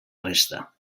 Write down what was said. resta